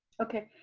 okay,